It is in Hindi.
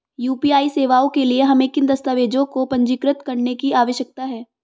यू.पी.आई सेवाओं के लिए हमें किन दस्तावेज़ों को पंजीकृत करने की आवश्यकता है?